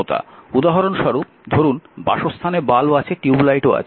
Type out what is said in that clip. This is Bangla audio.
উদাহরণস্বরূপ ধরুন বাসস্থানে বাল্ব আছে টিউব লাইটও আছে